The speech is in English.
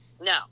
No